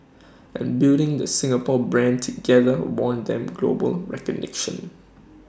and building the Singapore brand together won them global recognition